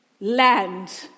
land